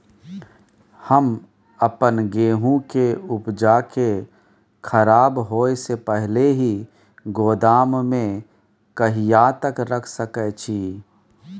हम अपन गेहूं के उपजा के खराब होय से पहिले ही गोदाम में कहिया तक रख सके छी?